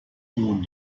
nun